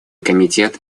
комитет